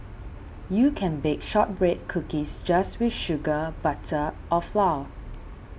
you can bake Shortbread Cookies just with sugar butter or flour